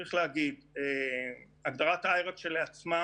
צריך להגיד, הגדרת IHRA כשלעצמה